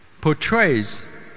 portrays